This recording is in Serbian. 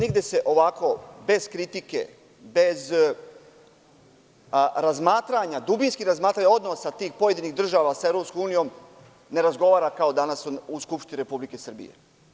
Nigde se ovako, bez kritike, bez razmatranja, dubinskog razmatranja odnosa tih pojedinih država sa EU, ne razgovara kao danas u Skupštini Republike Srbije.